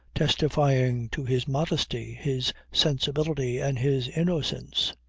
testifying to his modesty, his sensibility and his innocence.